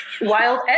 wild